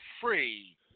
free